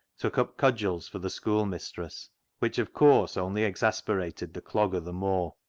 took up cudgels for the schoolmistress, which, of course, only exasper ated the clogger the more.